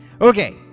Okay